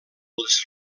les